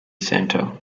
centre